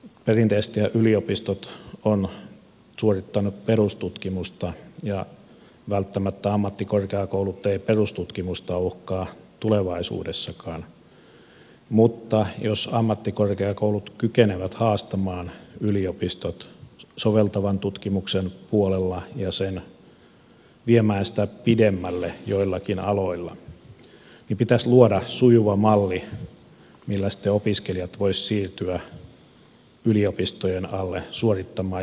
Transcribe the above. perinteisestihän yliopistot ovat suorittaneet perustutkimusta ja välttämättä ammattikorkeakoulut eivät perustutkimusta uhkaa tulevaisuudessakaan mutta jos ammattikorkeakoulut kykenevät haastamaan yliopistot soveltavan tutkimuksen puolella ja viemään sitä pidemmälle joillakin aloilla niin pitäisi luoda sujuva malli millä sitten opiskelijat voisivat siirtyä yliopistojen alle suorittamaan jatkotutkintoja